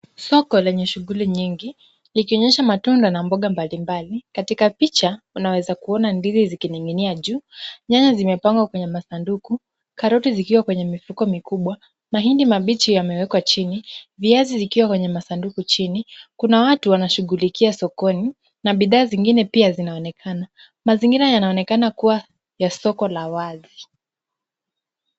Soko lenye shughuli nyingi, likionyesha matunda na mboga mbali mbali. Katika picha unaweza kuona ndizi zikining'inia juu. Nyanya zimepangwa kwenye masanduku. Karoti zikiwa kwenye mifuko mikubwa. Mahindi mabichi yamewekwa chini. Viazi vikiwa kwenye masanduku chini. Kuna watu wanashughulikia sokoni na bidhaa zingine pia zinaonekana. Mazingira yanaonekana kuwa ya soko la wazi.